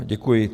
Děkuji.